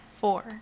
Four